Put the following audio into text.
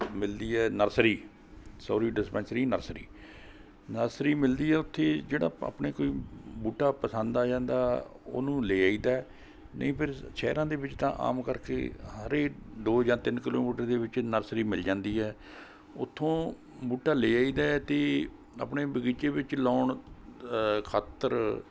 ਮਿਲਦੀ ਹੈ nursery sorry dispensary nursery nursery ਮਿਲਦੀ ਹੈ ਉੱਥੇ ਜਿਹੜਾ ਆਪਣੇ ਕੋਈ ਬੂਟਾ ਪਸੰਦ ਆ ਜਾਂਦਾ ਉਹਨੂੰ ਲੈ ਆਈ ਦਾ ਨਹੀਂ ਫਿਰ ਸ਼ਹਿਰਾਂ ਦੇ ਵਿੱਚ ਤਾਂ ਆਮ ਕਰਕੇ ਹਰੇਕ ਦੋ ਜਾਂ ਤਿੰਨ ਕਿਲੋਮੀਟਰ ਦੇ ਵਿੱਚ ਨਰਸਰੀ ਮਿਲ ਜਾਂਦੀ ਹੈ ਉੱਥੋਂ ਬੂਟਾ ਲੈ ਆਈ ਦਾ ਅਤੇ ਆਪਣੇ ਬਗੀਚੇ ਵਿੱਚ ਲਾਉਣ ਖ਼ਾਤਰ